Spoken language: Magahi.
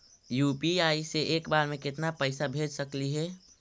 यु.पी.आई से एक बार मे केतना पैसा भेज सकली हे?